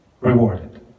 rewarded